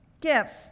Gifts